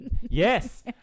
Yes